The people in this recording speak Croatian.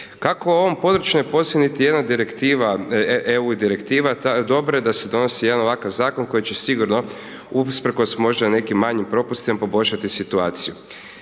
Kako u ovom…/Govornik se ne razumije/…jedna Direktiva, EU Direktiva, dobro je da se donosi jedan ovakav Zakon koji će sigurno, usprkos možda nekim manjim propustom, poboljšati situaciju.